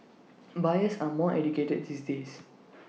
buyers are more educated these days